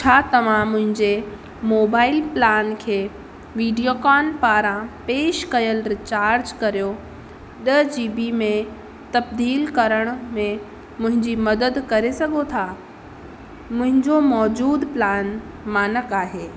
छा तव्हां मुंहिंजे मोबाइल प्लान खे वीडियोकॉन पारां पेश कयल रिचार्ज कर्यो ॾह जी बी में तब्दीलु करण में मुंहिंजी मदद करे सघो था मुंहिंजो मौजूदु प्लान मानक आहे